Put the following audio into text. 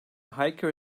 hiker